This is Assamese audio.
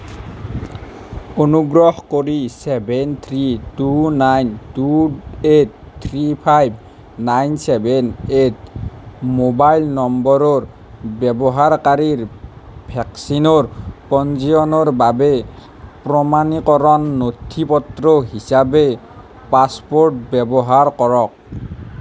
অনুগ্ৰহ কৰি seven three nine two eight two eight three five nine seven eight mobile নম্বৰৰ ব্যৱহাৰকাৰীৰ ভেকচিনৰ পঞ্জীয়নৰ বাবে প্ৰমাণীকৰণ নথি পত্ৰ হিচাপে পাছপ'ৰ্ট ব্যৱহাৰ কৰক